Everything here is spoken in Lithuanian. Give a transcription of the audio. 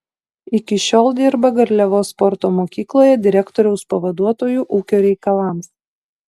iki šiol dirba garliavos sporto mokykloje direktoriaus pavaduotoju ūkio reikalams